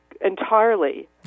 entirely